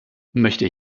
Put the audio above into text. möchte